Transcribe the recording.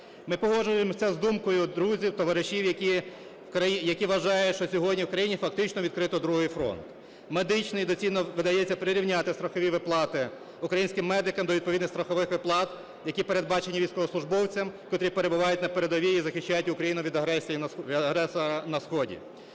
Ми погоджуємося з думкою друзів, товаришів, які вважають, що сьогодні в країні фактично відкрито другий фронт – медичний. І доцільно видається прирівняти страхові виплати українським медикам до відповідних страхових виплат, які передбачені військовослужбовцям, котрі перебувають на передовій і захищають Україну від агресора на сході.